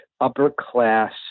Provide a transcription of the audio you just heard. upper-class